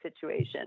situation